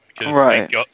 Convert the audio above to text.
Right